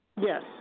Yes